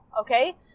Okay